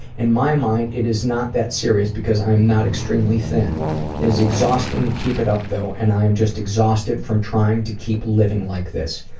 in my mind, it is not that serious because i'm not extremely thin. it is exhausting to keep it up, though, and i am just exhausted from trying to keep living like this.